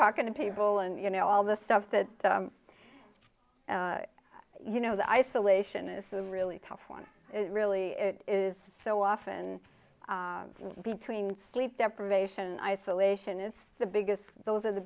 talking to people and you know all this stuff that you know the isolation is a really tough one it really is so often between sleep deprivation isolation is the biggest those are the